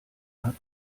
hat